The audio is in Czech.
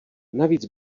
navíc